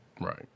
Right